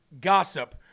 gossip